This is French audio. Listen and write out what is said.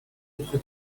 autre